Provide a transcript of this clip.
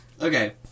Okay